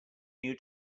new